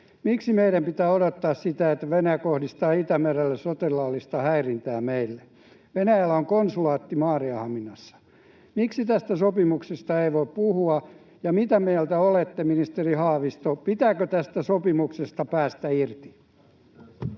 Miksi meidän pitää odottaa sitä, että Venäjä kohdistaa Itämerellä sotilaallista häirintää meihin? Venäjällä on konsulaatti Maarianhaminassa. Miksi tästä sopimuksesta ei voi puhua, ja mitä mieltä olette, ministeri Haavisto, pitääkö tästä sopimuksesta päästä irti?